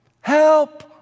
help